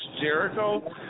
Jericho